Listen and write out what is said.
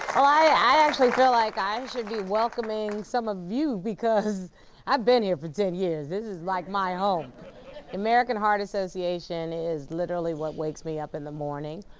i i actually feel like i should be welcoming some of you because i've been here for ten years. this is like my home. the american heart association is literally what wakes me up in the morning,